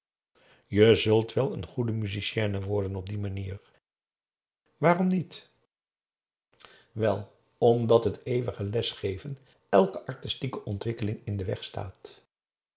je zult wel een goede musicienne worden op die manier waarom niet p a daum hoe hij raad van indië werd onder ps maurits wel omdat het eeuwige les geven elke artistieke ontwikkeling in den weg staat